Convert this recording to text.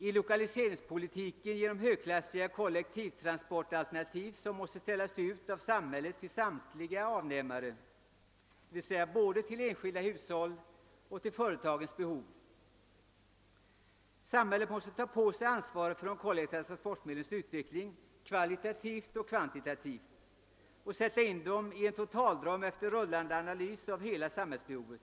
b) Lokaliseringspolitiken måste ordnas så att högklassiga kollektivtransportalternativ ställs ut av samhället till samtliga avnämare, d.v.s. både till enskilda hushåll och för företagens behov. c) Samhället måste ta på sig ansvaret för de kollektiva transportmedlens utveckling kvalitativt och kvantitativt och sätta in dem i en totalram efter rullande analys av hela samhällsbehovet.